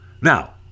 Now